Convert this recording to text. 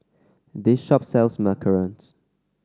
this shop sells macarons